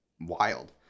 wild